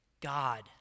God